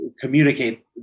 communicate